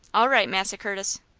all right, massa curtis.